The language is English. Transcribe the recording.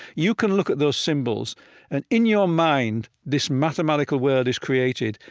you can look at those symbols and in your mind, this mathematical world is created.